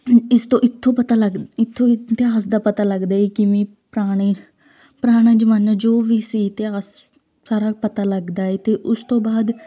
ਇਸ ਤੋਂ ਇੱਥੋਂ ਪਤਾ ਲੱਗਦਾ ਇੱਥੋਂ ਇ ਇਤਿਹਾਸ ਦਾ ਪਤਾ ਲੱਗਦਾ ਹੈ ਕਿਵੇਂ ਪੁਰਾਣੇ ਪੁਰਾਣਾ ਜ਼ਮਾਨਾ ਜੋ ਵੀ ਸੀ ਇਤਿਹਾਸ ਸਾਰਾ ਪਤਾ ਲੱਗਦਾ ਹੈ ਅਤੇ ਉਸ ਤੋਂ ਬਾਅਦ